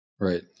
Right